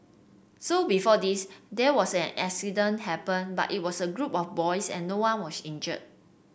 so before this there was an accident happened but it was a group of boys and no one was injured